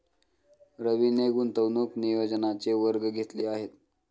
रवीने गुंतवणूक नियोजनाचे वर्ग घेतले आहेत